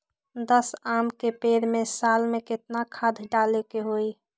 दस आम के पेड़ में साल में केतना खाद्य डाले के होई?